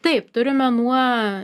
taip turime nuo